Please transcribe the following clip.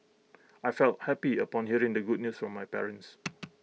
I felt happy upon hearing the good news from my parents